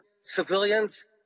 civilians